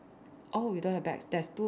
oh you don't have bags there's two